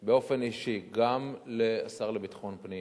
אני פניתי באופן אישי גם לשר לביטחון פנים